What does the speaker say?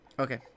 Okay